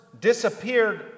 disappeared